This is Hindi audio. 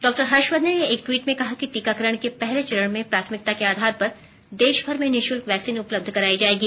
डॉक्टर हर्षवर्धन ने एक ट्वीट में कहा कि टीकाकरण के पहले चरण में प्राथमिकता के आधार पर देशभर में निशुल्क वैक्सीन उपलब्ध कराई जाएगी